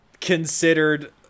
considered